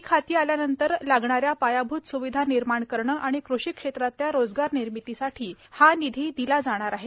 पीक हाती आल्यानंतर लागणाऱ्या पायाभूत स्विधा निर्माण करणं आणि कृषी क्षेत्रातल्या रोजगारनिर्मितीसाठी हा निधी दिला जाणार आहे